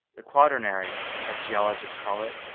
the quaternary, as geologists call it,